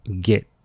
get